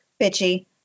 bitchy